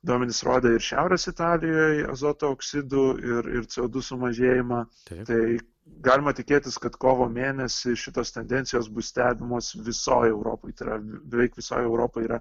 duomenys rodė ir šiaurės italijoj azoto oksidų ir ir co du sumažėjimą tai galima tikėtis kad kovo mėnesį šitos tendencijos bus stebimos visoj europoj beveik visoj europoj yra